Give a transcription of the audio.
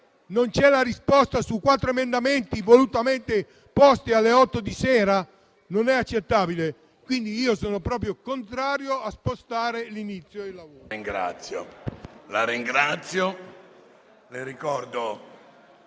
non c'è la risposta su quattro emendamenti, volutamente posti alle otto di sera? Non è accettabile. Sono pertanto contrario a spostare l'inizio della